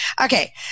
Okay